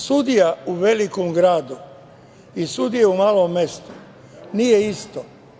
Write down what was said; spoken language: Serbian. Sudija u velikom gradu i sudija u malom mestu nije isto.